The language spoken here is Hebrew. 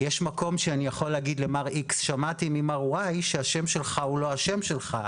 יש מקום שאני יכול לומר למר X "..שמעתי ממר Y שהשם שלך הוא לא השם שלך,